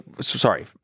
sorry